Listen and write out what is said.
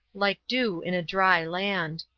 like dew in a dry land.